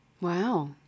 Wow